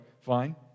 fine